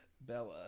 Bella